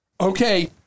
Okay